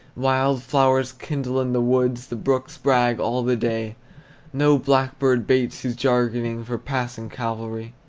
wild-flowers kindle in the woods, the brooks brag all the day no blackbird bates his jargoning for passing calvary.